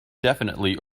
definitely